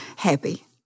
happy